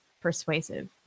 persuasive